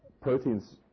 proteins